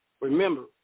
Remember